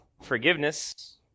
forgiveness